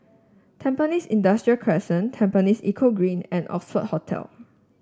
Tampines Industrial Crescent Tampines Eco Green and Oxford Hotel